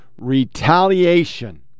retaliation